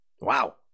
Wow